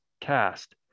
cast